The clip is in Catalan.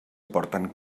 porten